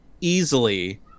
easily